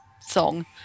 song